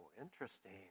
Interesting